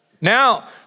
Now